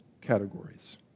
categories